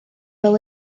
fel